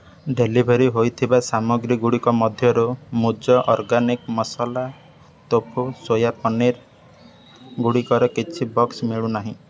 delivery ହୋଇଥିବା ସାମଗ୍ରୀଗୁଡ଼ିକ ମଧ୍ୟରୁ ମୂଜ ଅର୍ଗାନିକ୍ ମସାଲା ତୋଫୁ ସୋୟା ପନିର୍ଗୁଡ଼ିକର କିଛି ବକ୍ସ ମିଳୁନାହିଁ